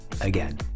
again